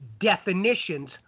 definitions